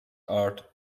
art